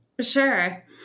Sure